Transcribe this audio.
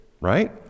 Right